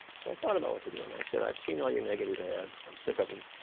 so i thought about what to do. and i said, i've seen all your negative ads. i'm sick of them.